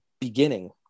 beginning